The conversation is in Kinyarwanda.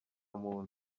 muntu